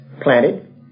planted